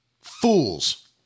Fools